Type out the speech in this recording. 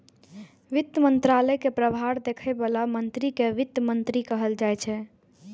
वित्त मंत्रालय के प्रभार देखै बला मंत्री कें वित्त मंत्री कहल जाइ छै